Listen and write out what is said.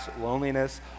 loneliness